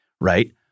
right